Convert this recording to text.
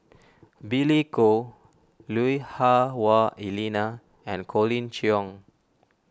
Billy Koh Lui Hah Wah Elena and Colin Cheong